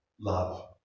love